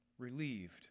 relieved